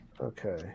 okay